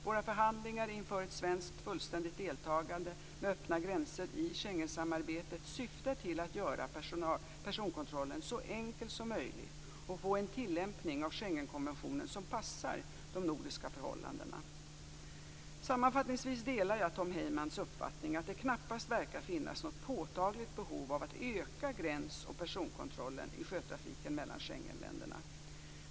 Våra förhandlingar inför ett svenskt fullständigt deltagande med öppna gränser i Schengensamarbetet syftar till att göra personkontrollen så enkel som möjlig och få en tillämpning av Schengenkonventionen som passar de nordiska förhållandena. Sammanfattningsvis delar jag Tom Heymans uppfattning att det knappast verkar finnas något påtagligt behov av att öka gräns och personkontrollen i sjötrafiken mellan Schengenländerna.